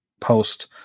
post